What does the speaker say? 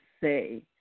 say